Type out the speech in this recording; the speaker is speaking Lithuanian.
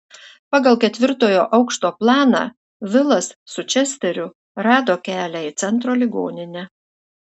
pagal ketvirtojo aukšto planą vilas su česteriu rado kelią į centro ligoninę